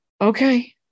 Okay